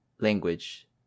language